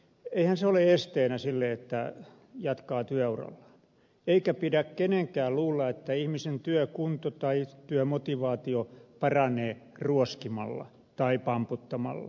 eihän se ole esteenä sille että jatkaa työuralla eikä pidä kenenkään luulla että ihmisen työkunto tai työmotivaatio paranee ruoskimalla tai pamputtamalla